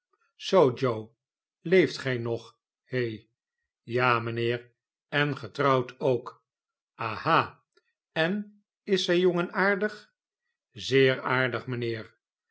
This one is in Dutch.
zoo joe leeft gij nog he ja mijnheer en getrouwd ook aha en is zij jong en aardig zeer aardig mijnheer